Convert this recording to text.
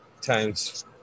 times